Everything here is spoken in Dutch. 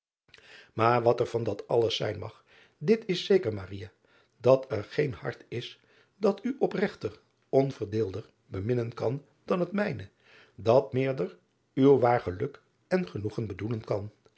aar wat er van dat alles zijn mag dit is zeker dat er geen hart is dat u opregter onverdeelder beminnen kan dan het mijne dat meerder uw waar geluk en genoegen bedoelen kan